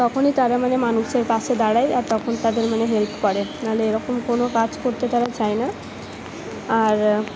তখনই তারা মানে মানুষের পাশে দাঁড়ায় আর তখন তাদের মানে হেল্প করে নাহলে এরকম কোনো কাজ করতে তারা চায় না আর